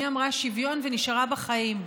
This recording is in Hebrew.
מי אמרה שוויון ונשארה בחיים?